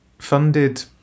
funded